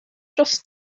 dros